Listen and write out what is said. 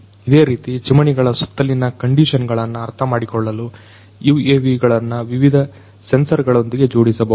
ಇದೇ ರೀತಿ ಚಿಮಣಿಗಳ ಸುತ್ತಲಿನ ಕಂಡೀಶನ್ ಗಳನ್ನು ಅರ್ಥಮಾಡಿಕೊಳ್ಳಲು UAVಗಳನ್ನು ವಿವಿಧ ಸೆನ್ಸರ್ ಗಳೊಂದಿಗೆ ಜೋಡಿಸಬಹುದು